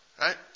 right